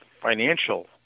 financial